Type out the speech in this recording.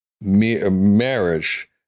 marriage